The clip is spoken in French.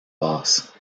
basse